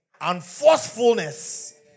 unforcefulness